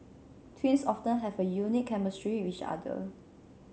twins often have a unique chemistry with each other